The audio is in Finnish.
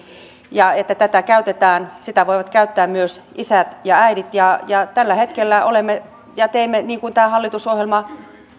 ja että sitä voivat käyttää isät ja äidit ja ja tällä hetkellä olemme ja teemme niin kuin tähän hallitusohjelmaan